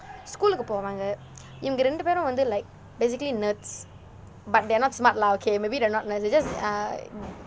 school க்கு போவாங்க இவங்க இரண்டு பேரும்:kku povaanga ivanga irandu paerum like basically nerds but they're not smart lah okay maybe they're not nerds they are just err